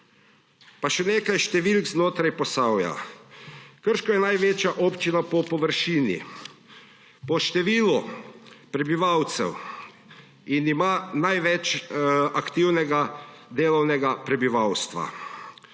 Pa še nekaj številk znotraj Posavja. Krško je največja občina po površini, po številu prebivalcev in ima največ aktivnega delavnega prebivalstva.